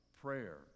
prayer